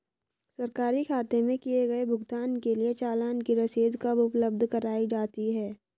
सरकारी खाते में किए गए भुगतान के लिए चालान की रसीद कब उपलब्ध कराईं जाती हैं?